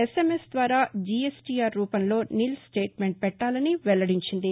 SMS ద్వారా GSTR రూపంలో nil statement పెట్టాలని వెల్లడించింది